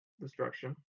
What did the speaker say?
destruction